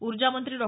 ऊर्जा मंत्री डॉ